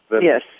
Yes